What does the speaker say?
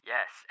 Yes